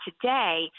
today